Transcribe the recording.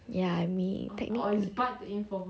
ya I mean technically